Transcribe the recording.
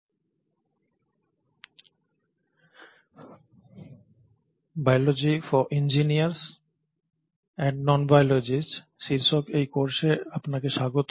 "biology for engineers and other non biologists" শীর্ষক এই কোর্সে আপনাকে স্বাগত